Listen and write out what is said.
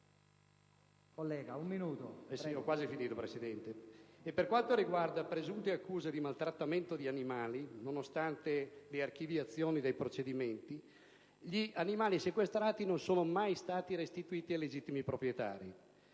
Per quanto riguarda le accuse di presunto maltrattamento di animali, nonostante l'archiviazione dei procedimenti, gli animali sequestrati non sono mai stati restituiti ai legittimi proprietari.